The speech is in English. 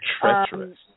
treacherous